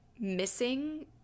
missing